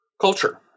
culture